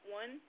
one